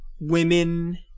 women